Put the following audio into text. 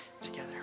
together